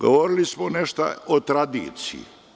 Govorili smo nešto o tradiciji.